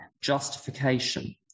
justification